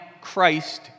Christ